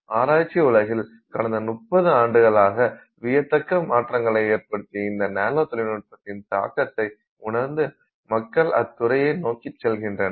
ஆராய்ச்சி உலகில் கடந்த 30 ஆண்டுகளாக வியக்கத்தக்க மாற்றங்களை ஏற்படுத்திய இந்த நானோ தொழில்நுட்பத்தின் தாக்கத்தை உணர்ந்து மக்கள் அத்துறையை நோக்கி செல்கின்றனர்